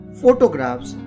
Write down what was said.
photographs